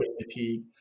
fatigue